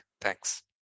Thanks